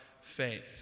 faith